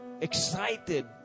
excited